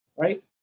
right